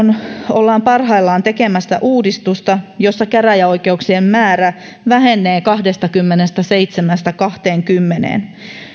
ollaan parhaillaan tekemässä uudistusta jossa käräjäoikeuksien määrä vähenee kahdestakymmenestäseitsemästä kahteenkymmeneen